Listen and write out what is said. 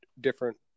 different